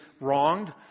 wronged